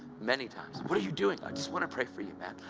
many times. what are you doing? i just want to pray for you, man.